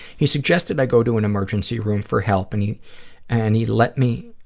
he suggested i go to an emergency room for help, and he and he let me